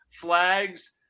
flags